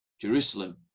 Jerusalem